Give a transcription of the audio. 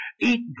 eat